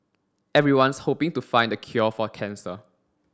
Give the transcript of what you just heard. everyone's hoping to find the cure for cancer